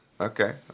okay